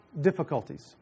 difficulties